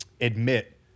admit